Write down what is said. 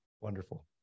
Wonderful